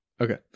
Okay